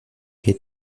que